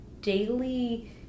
daily